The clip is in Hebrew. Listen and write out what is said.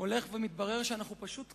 הולך ומתברר שאנחנו פשוט תקועים.